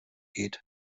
geht